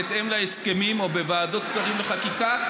בהתאם להסכמים או בוועדות שרים לחקיקה,